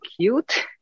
cute